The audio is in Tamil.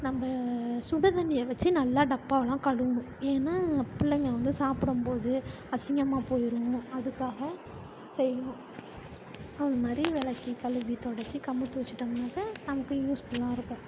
நம்ம சுடுத்தண்ணியை வச்சு நல்லா டப்பாவலாம் கழுவணும் ஏன்னால் பிள்ளைங்க வந்து சாப்பிடம்போது அசிங்கமாக போயிடும் அதுக்காக செய்யணும் அதுமாதிரி விளக்கி கழுவி தொடைச்சி கமுத்து வச்சிட்டோம்னாக்க நமக்கு யூஸ்ஃபுல்லாக இருக்கும்